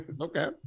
Okay